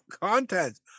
content